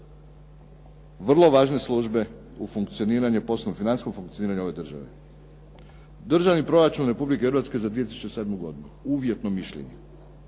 vrlo važne službe u poslovno financijskom funkcioniranju ove države. Državni proračun Republike Hrvatske za 2007. godinu uvjetno mišljenje,